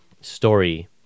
story